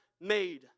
made